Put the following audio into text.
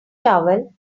towel